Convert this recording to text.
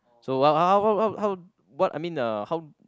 so how how what I mean uh how